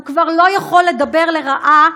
הוא כבר לא יכול לדבר לרעה,